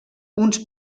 uns